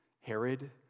Herod